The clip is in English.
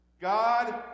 God